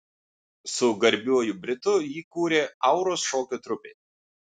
su garbiuoju britu jį kūrė auros šokio trupė